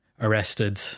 arrested